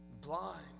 blind